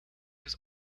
was